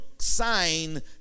sign